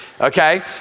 Okay